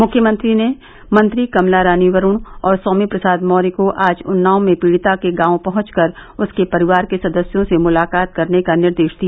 मुख्यमंत्री ने मंत्री कमला रानी वरूण और स्वामी प्रसाद मौर्य को आज उन्नाव में पीड़िता के गांव पहंचकर उसके परिवार के सदस्यों से मुलाकात करने का निर्देश दिया